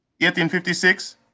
1856